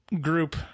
group